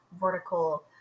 vertical